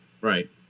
Right